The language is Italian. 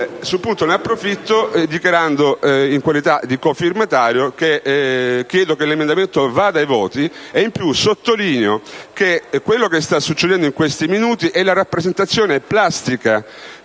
Sul punto ne approfitto, in qualità di cofirmatario, chiedendo che l'emendamento vada ai voti. In più sottolineo che quello che sta succedendo in questi minuti è la rappresentazione plastica,